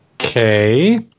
Okay